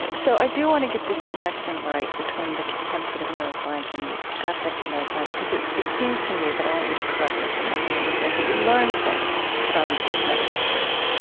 so i do want to get this connection right between the contemplative neuroscience and the affective neuroscience, because it it seems to me but i want you to correct me if i'm not getting this right that you learned things from these meditators,